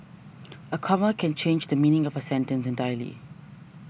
a comma can change the meaning of a sentence entirely